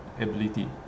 ability